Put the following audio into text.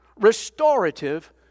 restorative